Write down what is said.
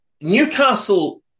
Newcastle